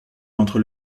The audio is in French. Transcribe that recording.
entre